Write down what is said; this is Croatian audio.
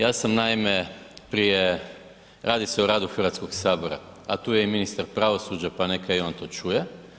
Ja sam naime prije, radi se o radu Hrvatskog sabora, a tu je i ministar pravosuđa pa neka i on to čuje.